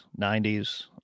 90s